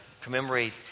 commemorate